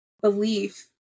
belief